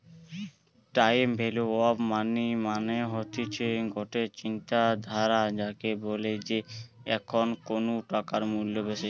time value of money মানে হতিছে গটে চিন্তাধারা যাকে বলে যে এখন কুনু টাকার মূল্য বেশি